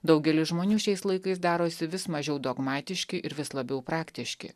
daugelis žmonių šiais laikais darosi vis mažiau dogmatiški ir vis labiau praktiški